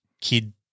kid